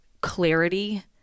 clarity